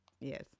Yes